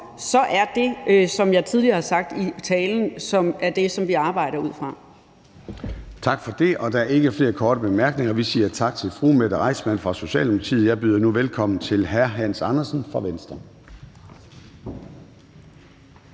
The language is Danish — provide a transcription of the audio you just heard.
er det, som jeg tidligere har sagt i talen, også det, som vi arbejder ud fra. Kl. 10:15 Formanden (Søren Gade): Tak for det. Der er ikke flere korte bemærkninger. Vi siger tak til fru Mette Reissmann fra Socialdemokratiet. Jeg byder nu velkommen til hr. Hans Andersen fra Venstre.